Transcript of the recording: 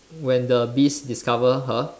when the beast discover her